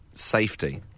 Safety